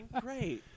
great